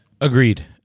Agreed